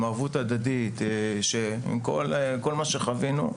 עם כל הערבות ההדדית שיש פה ולמרות כל מה שחווינו,